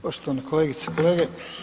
Poštovane kolegice i kolege.